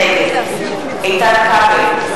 נגד איתן כבל,